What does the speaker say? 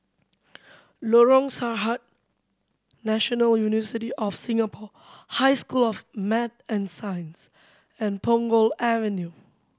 Lorong Sarhad National University of Singapore High School of Math and Science and Punggol Avenue